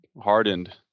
hardened